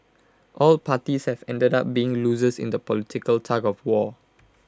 all parties have ended up being losers in the political tug of war